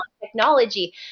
technology